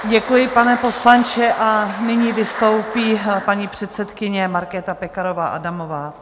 Děkuji, pane poslanče, a nyní vystoupí paní předsedkyně Markéta Pekarová Adamová.